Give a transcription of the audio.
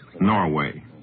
Norway